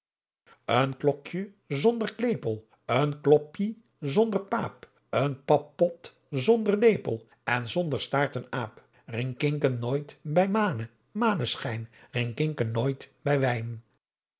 een klokje zonder klepel een klopie zonder paap een pappot zonder lepel en zonder staart een aap rinkinken nooit bij maane maaneschijn rinkinken nooit bij wijn